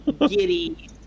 giddy